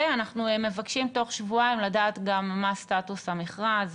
ואנחנו מבקשים תוך שבועיים לדעת גם מה סטטוס המכרז,